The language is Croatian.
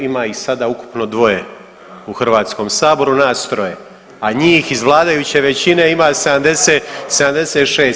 Ima ih sada ukupno dvoje u Hrvatskom saboru, nas troje, a njih iz vladajuće većine ima 76.